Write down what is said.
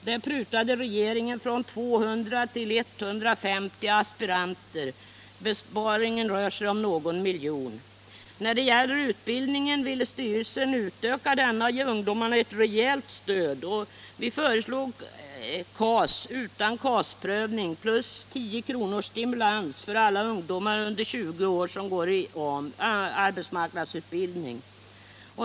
Där prutade regeringen från 200 till 150 aspiranter. Besparingen rör sig om någon miljon. Utbildningen ville styrelsen utöka och ge ungdomarna ett rejält stöd. Vi föreslog KAS — utan KAS-prövning — plus 10 kronors stimulans för alla ungdomar under 20 år som går i arbetsmarknadsutbildning.